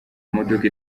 imodoka